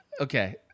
okay